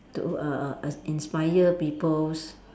to err err err inspire people